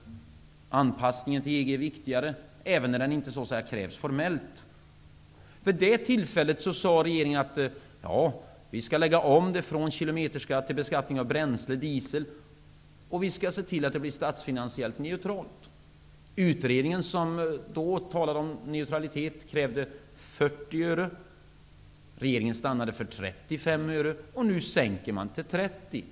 Anpassningen till EG är viktigast, även när den inte krävs formellt. Vid det tillfället sade regeringen att man skulle lägga om beskattningen från kilometerskatt till skatt på bränsle och diesel och se till att det blir statsfinansiellt neutralt. Utredningen som då talade om neutralitet krävde 40 öre. Regeringen stannade för 35 öre, och nu sänker man till 30 öre.